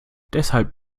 deshalb